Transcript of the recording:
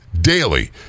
daily